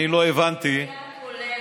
אני לא הבנתי, אני דיברתי בראייה כוללת.